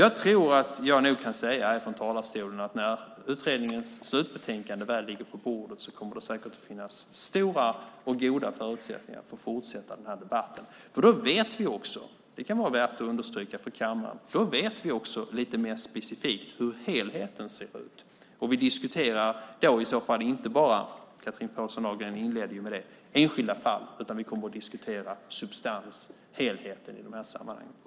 Jag tror nog att jag kan säga här från talarstolen att det, när utredningens slutbetänkande väl ligger på bordet, säkert kommer att finnas stora och goda förutsättningar för att fortsätta den här debatten. Då vet vi också - det kan vara värt att understryka för kammaren - lite mer specifikt hur helheten ser ut. Vi diskuterar då i så fall inte bara - Chatrine Pålsson Ahlgren inledde ju med det - enskilda fall, utan vi kommer att diskutera substans, helheten i de här sammanhangen.